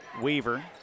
Weaver